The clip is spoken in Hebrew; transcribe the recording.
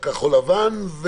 כחול-לבן,